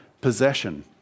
possession